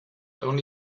only